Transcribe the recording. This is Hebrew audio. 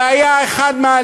זה היה מהליבה,